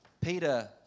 Peter